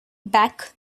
back